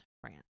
France